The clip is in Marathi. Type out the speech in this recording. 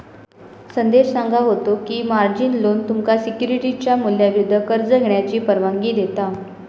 संदेश सांगा होतो की, मार्जिन लोन तुमका सिक्युरिटीजच्या मूल्याविरुद्ध कर्ज घेण्याची परवानगी देता